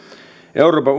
olemme euroopan